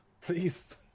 Please